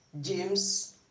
James